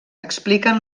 expliquen